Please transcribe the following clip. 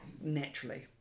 naturally